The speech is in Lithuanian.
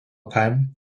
kaimo